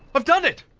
i've done it.